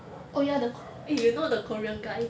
oh ya the~ eh you know the korean guy